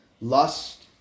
lust